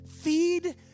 Feed